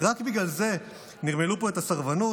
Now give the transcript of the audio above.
רק בגלל זה נרמלו פה את הסרבנות?